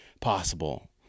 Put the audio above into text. possible